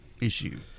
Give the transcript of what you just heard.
issue